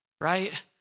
right